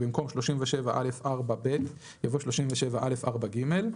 במקום "37א4ב" יבוא "37א4ג".